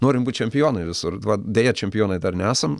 norim būt čempionai visur deja čempionai dar nesam